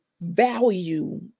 value